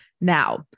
Now